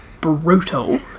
brutal